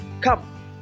Come